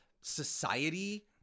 Society